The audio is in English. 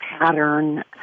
pattern